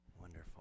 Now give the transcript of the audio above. Wonderful